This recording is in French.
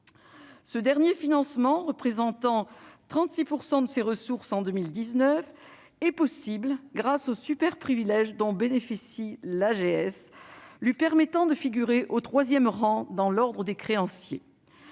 Ce dernier financement, représentant 36 % de ses ressources en 2019, est possible grâce au superprivilège dont bénéficie l'AGS, qui lui permet de figurer au troisième rang dans l'ordre des créanciers.